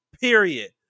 period